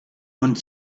one